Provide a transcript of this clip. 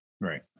Right